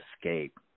escape